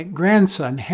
grandson